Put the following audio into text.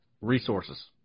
resources